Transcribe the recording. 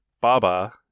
Baba